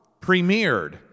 premiered